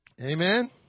Amen